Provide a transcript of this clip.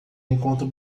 enquanto